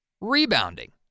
rebounding